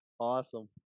Awesome